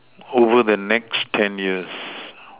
over the next ten years